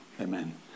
Amen